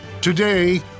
Today